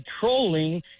trolling